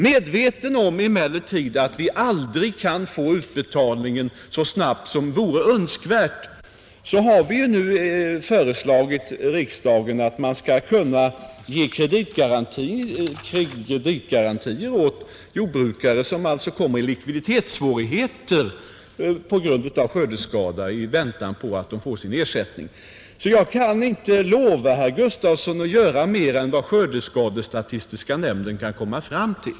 Medveten om att vi aldrig kan få utbetalningarna så snabbt som vore önskvärt har regeringen emellertid nu föreslagit riksdagen att jordbrukare som kommer i likviditetssvårigheter på grund av skördeskada skall kunna få kreditgarantier i väntan på ersättningen. Jag kan alltså inte lova herr Gustavsson i Alvesta att göra mer än vad skördeskadestatistiska nämnden kan komma fram till.